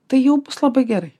tai jau bus labai gerai